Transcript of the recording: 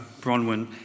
Bronwyn